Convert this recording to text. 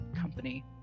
company